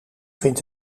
vind